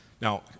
Now